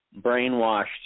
brainwashed